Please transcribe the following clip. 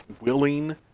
willing